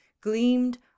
gleamed